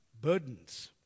burdens